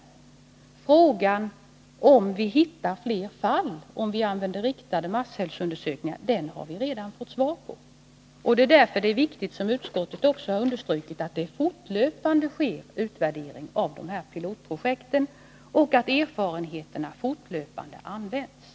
Vi har redan fått svar på frågan om vi hittar fler fall om vi använder riktade masshälsoundersökningar. Därför är det viktigt — som utskottet också har understrukit — att det fortlöpande sker en utvärdering av de här pilotprojekten och att man fortlöpande drar nytta av erfarenheterna.